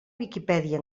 viquipèdia